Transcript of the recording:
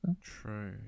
True